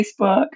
Facebook